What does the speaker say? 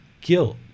Guilt